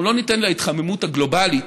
אנחנו לא ניתן להתחממות הגלובלית